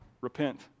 Repent